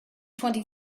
twenty